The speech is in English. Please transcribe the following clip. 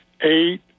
Eight